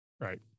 Right